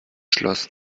schloss